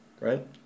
right